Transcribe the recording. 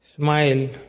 smile